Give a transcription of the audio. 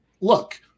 look